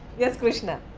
yes, krishna.